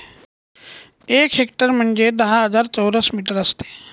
एक हेक्टर म्हणजे दहा हजार चौरस मीटर असते